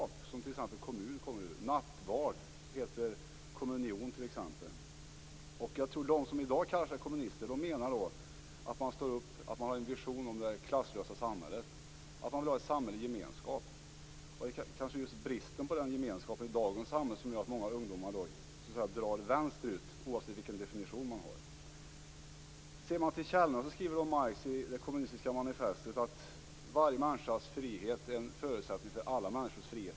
Ordet kommun, t.ex., kommer där ifrån. Nattvard heter communion, t.ex. Jag tror att de som i dag kallar sig kommunister menar att de har en vision om det klasslösa samhället. Man vill ha en samhällelig gemenskap. Det är kanske just bristen på den gemenskapen i dagens samhälle som gör att många ungdomar drar vänsterut, oavsett vilken definition man har. Ser man till källorna ser man att Marx i Det kommunistiska manifestet skriver att varje människas frihet är en förutsättning för alla människors frihet.